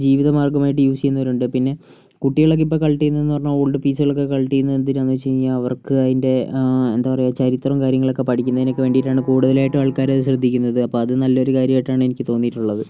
ജീവിത മാർഗമായിട്ട് യൂസെയ്യുന്നവരുണ്ട് പിന്നെ കുട്ടികളൊക്കെ ഇപ്പം കളക്ട് ചെയ്യുന്നേന്ന് പറഞ്ഞ ഓൾഡ് പീസുകളൊക്കെ കളക്ട് ചെയ്യുന്നത് എന്തിനാന്ന് വെച്ചുകഴിഞ്ഞാൽ അവർക്ക് അതിൻ്റെ എന്താ പറയുക ചരിത്രവും കാര്യങ്ങളൊക്കെ പഠിക്കുന്നതിനൊക്കെ വേണ്ടിയിട്ടാണ് കൂടുതലായിട്ടും ആൾക്കാര് അത് ശ്രദ്ധിക്കുന്നത് അപ്പം അത് നല്ലൊരു കാര്യമായിട്ടാണ് എനിക്ക് തോന്നിയിട്ടുള്ളത്